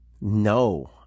no